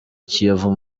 kiyovu